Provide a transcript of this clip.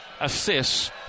assists